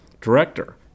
Director